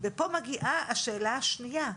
ופה מגיעה השאלה השנייה,